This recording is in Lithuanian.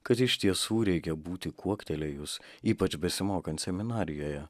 kad iš tiesų reikia būti kuoktelėjus ypač besimokant seminarijoje